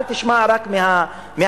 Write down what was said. אל תשמע רק מהתקשורת.